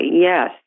Yes